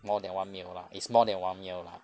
more than one mil lah it's more than one mil lah